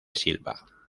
silva